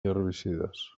herbicides